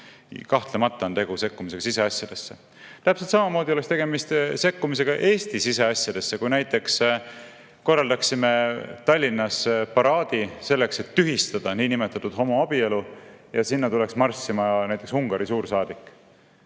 Kahtlemata on tegu sekkumisega siseasjadesse. Täpselt samamoodi oleks tegemist sekkumisega Eesti siseasjadesse, kui näiteks korraldaksime Tallinnas paraadi selleks, et tühistada niinimetatud homoabielu, ja sinna tuleks marssima näiteks Ungari suursaadik,